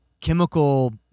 chemical